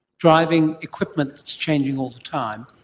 driving equipment that is changing all the time,